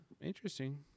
interesting